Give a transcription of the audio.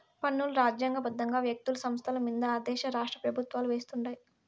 పన్నులు రాజ్యాంగ బద్దంగా వ్యక్తులు, సంస్థలమింద ఆ దేశ రాష్ట్రపెవుత్వాలు వేస్తుండాయి